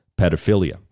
pedophilia